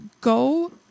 go